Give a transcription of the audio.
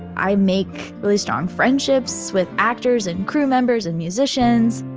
i make really strong friendships with actors and crew members and musicians